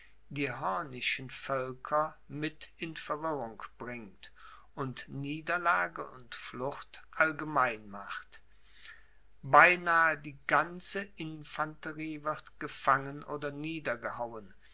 die hornischen völker mit in verwirrung bringt und niederlage und flucht allgemein macht beinahe die ganze infanterie wird gefangen oder